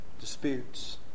disputes